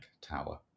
Tower